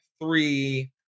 Three